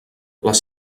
les